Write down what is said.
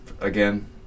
again